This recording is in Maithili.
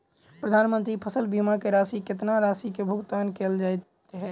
प्रधानमंत्री फसल बीमा की राशि केतना किसान केँ भुगतान केल जाइत है?